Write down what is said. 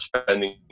spending